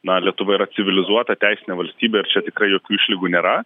na lietuva yra civilizuota teisinė valstybė ir čia tikrai jokių išlygų nėra